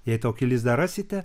jei tokį lizdą rasite